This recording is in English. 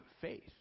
faith